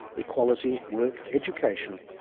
equality, work, education,